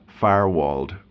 firewalled